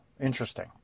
interesting